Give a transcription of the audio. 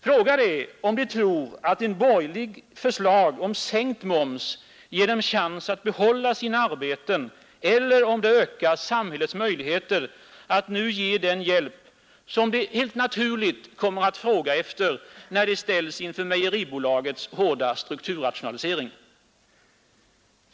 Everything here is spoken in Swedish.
Fråga dem, om de tror att de borgerligas förslag om sänkt moms ger dem chansen att behålla sina arbeten eller om det ökar samhällets möjligheter att lämna dem den hjälp de kommer att fråga efter, när de ställs inför mejeribolagets hårda strukturrationalisering.